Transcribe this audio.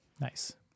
Nice